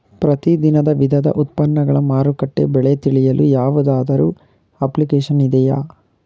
ಪ್ರತಿ ದಿನದ ವಿವಿಧ ಉತ್ಪನ್ನಗಳ ಮಾರುಕಟ್ಟೆ ಬೆಲೆ ತಿಳಿಯಲು ಯಾವುದಾದರು ಅಪ್ಲಿಕೇಶನ್ ಇದೆಯೇ?